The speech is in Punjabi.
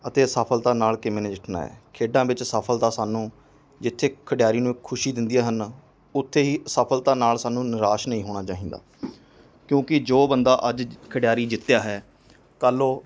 ਅਤੇ ਅਸਫਲਤਾ ਨਾਲ ਕਿਵੇਂ ਨਜਿੱਠਣਾ ਹੈ ਖੇਡਾਂ ਵਿੱਚ ਸਫਲਤਾ ਸਾਨੂੰ ਜਿੱਥੇ ਖਿਡਾਰੀ ਨੂੰ ਖੁਸ਼ੀ ਦਿੰਦੀਆਂ ਹਨ ਉੱਥੇ ਹੀ ਸਫਲਤਾ ਨਾਲ ਸਾਨੂੰ ਨਿਰਾਸ਼ ਨਹੀਂ ਹੋਣਾ ਚਾਹੀਦਾ ਕਿਉਂਕਿ ਜੋ ਬੰਦਾ ਅੱਜ ਜਿ ਖਿਡਾਰੀ ਜਿੱਤਿਆ ਹੈ ਕੱਲ੍ਹ ਉਹ